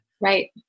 Right